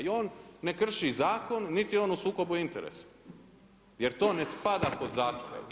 I on ne krši zakon niti je on u sukobu interesa jer to ne spada pod zakone.